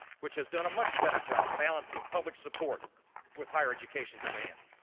which has done a much better job balancing public support with higher education demand.